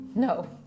no